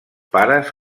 pares